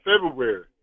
February